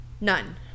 None